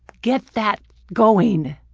get that going.